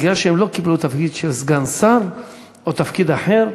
כי הם לא קיבלו תפקיד של סגן שר או תפקיד אחר.